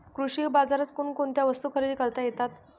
कृषी बाजारात कोणकोणत्या वस्तू खरेदी करता येतात